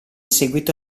seguito